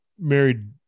married